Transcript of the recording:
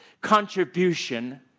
contribution